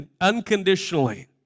unconditionally